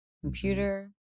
computer